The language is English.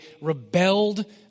rebelled